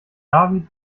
david